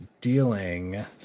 Dealing